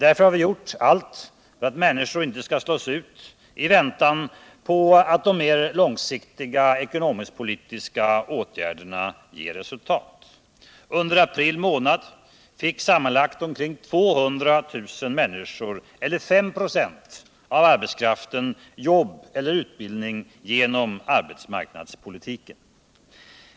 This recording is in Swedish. Därför har vi gjort allt för att människor inte skall slås ut i väntan på att de mer långsiktiga ekonomisk-politiska åtgärderna ger resultat. Under april månad fick sammanlagt omkring 200 000 människor — eller 5 26 av arbetskraften — jobb eller utbildning genom arbetsmarknadspolitiken.